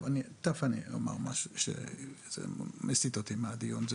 תכף אומר משהו שמסית אותי מהדיון,